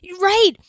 right